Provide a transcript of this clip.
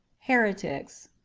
heretics.